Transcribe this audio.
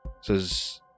says